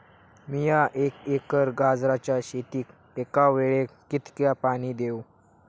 मीया एक एकर गाजराच्या शेतीक एका वेळेक कितक्या पाणी देव?